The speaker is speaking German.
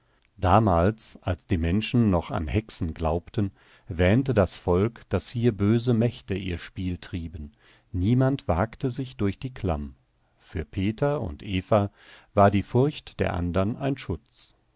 damals als die menschen noch an hexen glaubten wähnte das volk daß hier böse mächte ihr spiel trieben niemand wagte sich durch die klamm für peter und eva war die furcht der anderen ein schutz